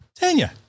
Tanya